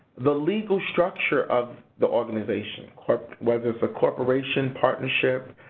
the legal structure of the organization, or whether it's a corporation, partnership,